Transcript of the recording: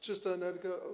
Czysta energia.